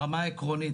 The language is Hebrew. ברמה העקרונית,